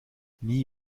nie